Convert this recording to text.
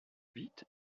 vite